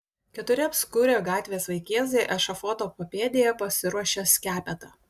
keturi apskurę gatvės vaikėzai ešafoto papėdėje pasiruošė skepetą